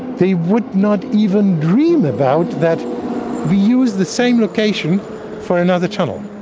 they would not even dream about that we use the same location for another tunnel.